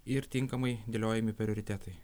ir tinkamai dėliojami prioritetai